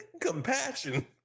compassion